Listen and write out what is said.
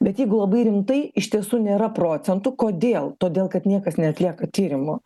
bet jeigu labai rimtai iš tiesų nėra procentų kodėl todėl kad niekas neatlieka tyrimų